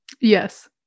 yes